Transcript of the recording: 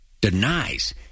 denies